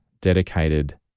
dedicated